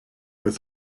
with